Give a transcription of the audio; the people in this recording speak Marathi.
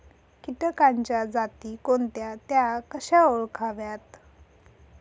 किटकांच्या जाती कोणत्या? त्या कशा ओळखाव्यात?